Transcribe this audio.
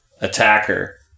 attacker